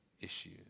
issues